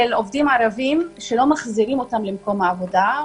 עובדים ערבים שלא מחזירים אותם למקום העבודה,